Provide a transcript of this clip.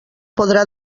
podrà